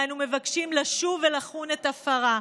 ואנו מבקשים לשוב ולחון את עפרה.